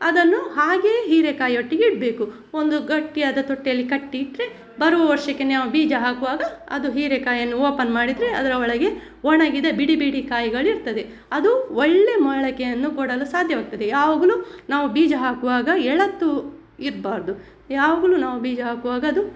ಅದನ್ನು ಹಾಗೆ ಹೀರೆಕಾಯೊಟ್ಟಿಗೆ ಇಡಬೇಕು ಒಂದು ಗಟ್ಟಿಯಾದ ತೊಟ್ಟಿಯಲ್ಲಿ ಕಟ್ಟಿ ಇಟ್ಟರೆ ಬರುವ ವರ್ಷಕ್ಕೆನೆ ಬೀಜ ಹಾಕುವಾಗ ಅದು ಹೀರೇಕಾಯನ್ನು ಓಪನ್ ಮಾಡಿದರೆ ಅದರ ಒಳಗೆ ಒಣಗಿದ ಬಿಡಿ ಬಿಡಿ ಕಾಯಿಗಳಿರ್ತದೆ ಅದು ಒಳ್ಳೆ ಮೊಳಕೆಯನ್ನು ಕೊಡಲು ಸಾಧ್ಯವಾಗ್ತದೆ ಯಾವಾಗಲು ನಾವು ಬೀಜ ಹಾಕುವಾಗ ಎಳತು ಇರಬಾರ್ದು ಯಾವಾಗಲು ನಾವು ಬೀಜ ಹಾಕುವಾಗ ಅದು